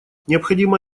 необходимо